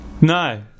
no